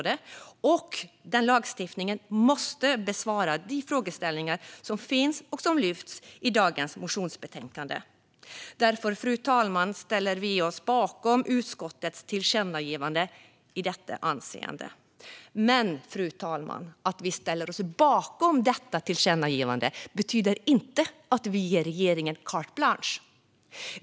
Denna lagstiftning måste besvara de frågeställningar som lyfts upp i dagens motionsbetänkande. Fru talman! Vi ställer oss därför bakom utskottets tillkännagivande i detta avseende. Men att vi ställer oss bakom tillkännagivandet betyder inte att vi ger regeringen carte blanche.